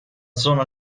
zona